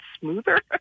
smoother